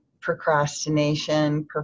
procrastination